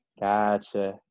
Gotcha